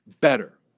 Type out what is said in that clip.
better